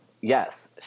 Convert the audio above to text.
Yes